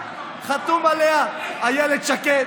חתומה עליה אילת שקד,